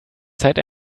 zeit